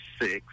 six